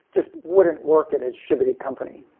just wouldn't work at at distributed company